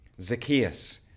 Zacchaeus